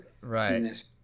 Right